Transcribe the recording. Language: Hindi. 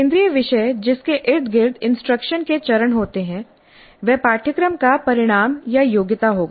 केंद्रीय विषय जिसके इर्द गिर्द इंस्ट्रक्शन के चरण होते हैं वह पाठ्यक्रम का परिणाम या योग्यता होगा